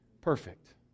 perfect